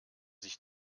sich